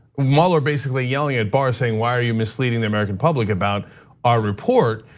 mueller basically yelling at barr saying, why are you misleading the american public about our report?